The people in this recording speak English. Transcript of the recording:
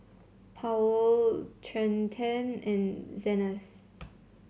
Powell Trenten and Zenas